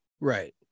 Right